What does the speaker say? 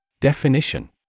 Definition